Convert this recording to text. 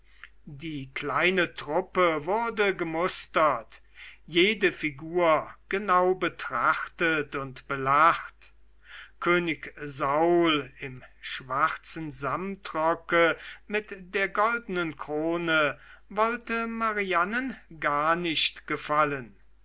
die kleine truppe wurde gemustert jede figur genau betrachtet und belacht könig saul im schwarzen samtrocke mit der goldenen krone wollte marianen gar nicht gefallen